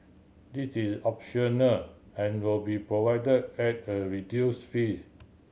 this is optional and will be provide at a reduce fee